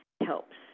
helps